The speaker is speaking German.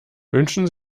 wünschen